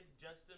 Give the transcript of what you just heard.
Justin